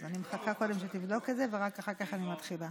אז אני מחכה קודם שתבדוק את זה ורק אחר כך אני מתחילה.